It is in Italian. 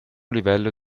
livello